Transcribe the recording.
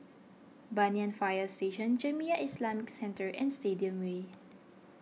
Banyan Fire Station Jamiyah Islamic Centre and Stadium Way